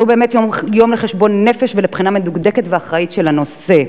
אז זהו באמת יום לחשבון נפש ולבחינה מדוקדקת ואחראית של הנושא,